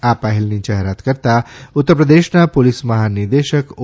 આ પહેલની જાહેરાત કરતા ઉત્તરપ્રદેશના પોલીસ મહાનિદેશક ઓ